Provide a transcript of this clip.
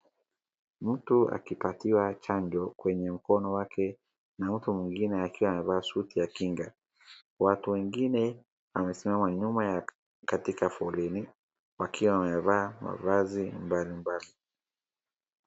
Mtu akipatiwa chanjo kwenye mkono wake na mtu mwingine akiwa amevaa suti ya kinga, watu wengine wamesimama nyuma ya katika foleni wakiwa wamevaa mavazi mbalimbali.